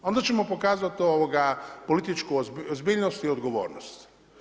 Onda ćemo pokazati političku ozbiljnost i odgovornost.